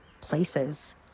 places